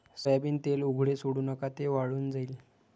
soybean तेल उघडे सोडू नका, ते वाळून जाईल